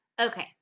Okay